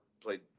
played